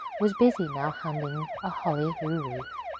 was busy now, hanging a holly who wreath.